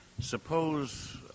Suppose